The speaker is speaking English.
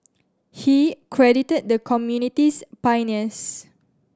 he credited the community's pioneers